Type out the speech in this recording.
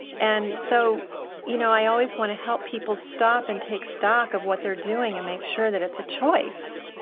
and so you know i always want help people stop and take stock of what they're doing and make sure that it's a choice.